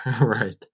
Right